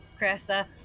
Cressa